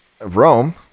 Rome